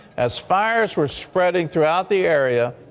as fires were spreading throughout the area,